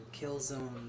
Killzone